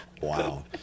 wow